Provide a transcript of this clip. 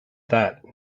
that